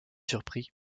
surpris